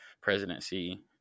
presidency